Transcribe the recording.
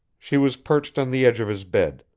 she was perched on the edge of his bed,